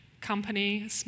company